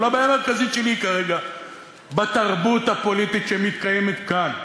אבל הבעיה המרכזית שלי כרגע היא בתרבות הפוליטית שמתקיימת כאן,